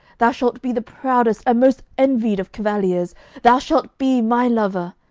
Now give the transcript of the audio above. thou shalt be the proudest and most envied of cavaliers thou shalt be my lover!